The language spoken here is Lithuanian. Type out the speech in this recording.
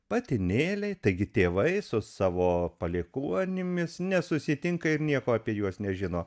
patinėliai taigi tėvai su savo palikuonimis nesusitinka ir nieko apie juos nežino